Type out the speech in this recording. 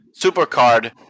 supercard